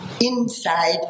inside